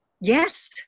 yes